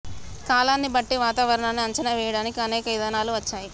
కాలాన్ని బట్టి వాతావరనాన్ని అంచనా వేయడానికి అనేక ఇధానాలు వచ్చాయి